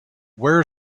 where